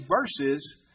verses